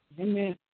Amen